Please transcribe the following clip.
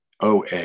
OA